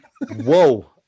Whoa